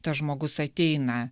tas žmogus ateina